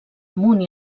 amunt